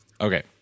Okay